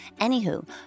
Anywho